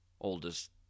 oldest